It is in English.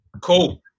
Cool